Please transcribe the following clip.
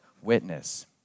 witness